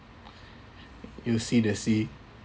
you see the sea